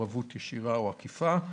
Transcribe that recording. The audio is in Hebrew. ישירה או עקיפה,